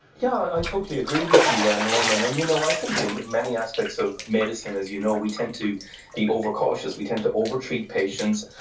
yeah i totally agree with you ah norman, and you know i think in many aspects of medicine, as you know, we tend to be overcautious, we tend to over-treat patients,